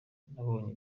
nabonye